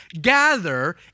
gather